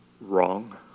wrong